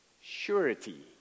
surety